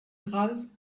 graz